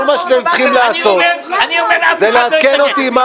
כל מה שאתם צריכים לעשות זה לעדכן אותי מה